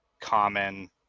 common